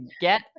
get